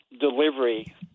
delivery